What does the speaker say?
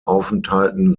aufenthalten